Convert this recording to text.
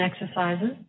exercises